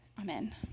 amen